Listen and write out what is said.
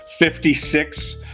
56